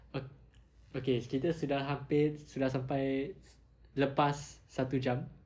ok~ okay kita sudah hampir sudah sampai lepas satu jam